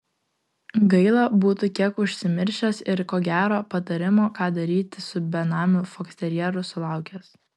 gaila būtų kiek užsimiršęs ir ko gero patarimo ką daryti su benamiu foksterjeru sulaukęs